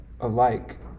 alike